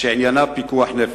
שעניינה פיקוח נפש.